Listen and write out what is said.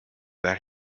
that